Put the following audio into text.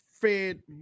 fed